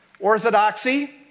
Orthodoxy